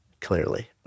clearly